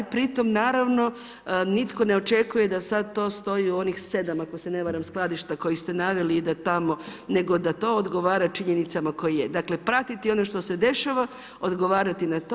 Pri tome, naravno, nitko ne očekuje da sad to stoji u onih 7, ako se ne varam skladišta koje ste naveli nego da to odgovara činjenicama koje je, dakle pratiti ono što se dešava, odgovarati na to.